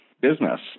business